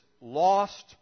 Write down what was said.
lost